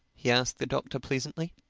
he asked the doctor pleasantly.